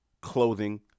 clothing